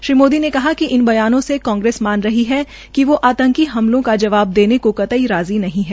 श्री मोदी ने कहा कि इन बयानों से कांग्रेस मान रही है कि वो आंतकी हमलों का जवाबद देने को कतई राज़ी नहीं है